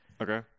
Okay